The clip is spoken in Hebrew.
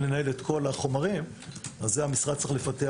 לנהל את כל החומרים אז המשרד צריך לפתח.